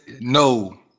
No